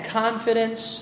confidence